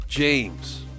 James